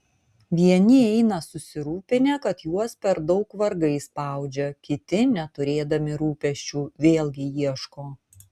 vieni eina susirūpinę kad juos per daug vargai spaudžia kiti neturėdami rūpesčių vėlgi ieško